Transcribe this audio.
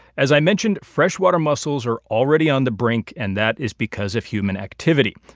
as i mentioned, freshwater mussels are already on the brink, and that is because of human activity.